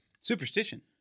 Superstition